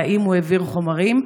והאם הוא העביר חומרים.